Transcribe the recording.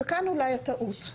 וכאן אולי הטעות.